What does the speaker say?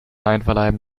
einverleiben